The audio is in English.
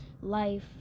life